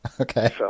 okay